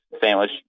sandwich